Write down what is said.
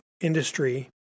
industry